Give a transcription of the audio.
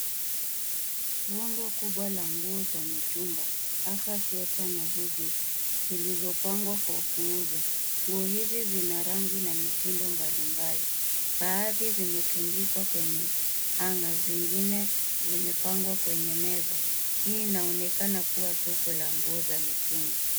Ngundo kubwa ya nguo za mitumba hasa sweta na hudi zilizo pangwa kwa kuuza. Nguo hizi zina rangi na mitindo mbali mbali. Baadhi zimetundikwa kwenye (cs) hunger (cs) zingine zimepangwa kwenye meza. Hii inaonekana kua soko la nguo za mitumba.